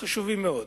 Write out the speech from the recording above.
חשובים מאוד,